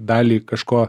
dalį kažko